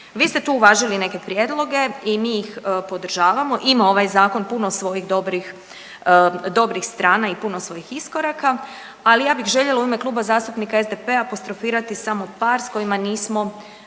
Vi ste tu uvažili neke prijedloge i mi ih podržavamo, ima ovaj zakon puno svojih dobrih strana i puno svojih iskoraka, ali ja bih željela u ime Kluba zastupnika SDP-a apostrofirati samo par s kojima nismo